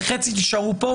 וחצי יישארו פה,